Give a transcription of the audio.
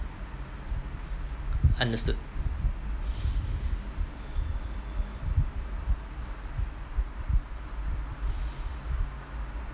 understood